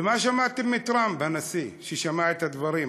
ומה שמעתם מטראמפ, הנשיא, ששמע את הדברים?